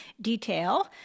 detail